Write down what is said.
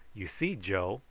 you see, joe,